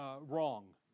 wrong